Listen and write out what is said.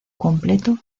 completo